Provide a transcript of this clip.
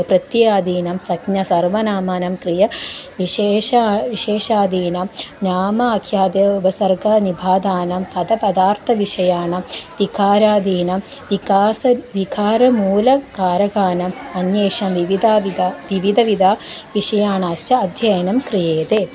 प्रत्ययादीनां सग्न सर्वनाम्नां क्रियते विशेषः विशेषादीनां नाम अख्यात उपसर्गाभिधानं पदपदार्थविषयाणां विकारादीनां विकासः विकारमूलकारकाणाम् अन्येषां विविधविधं विविधविधविषयाणाश्च अध्ययनं क्रियते